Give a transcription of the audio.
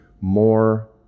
more